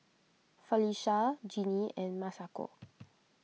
Felisha Jeanie and Masako